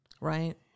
Right